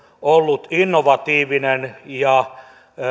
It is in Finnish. ollut innovatiivinen ja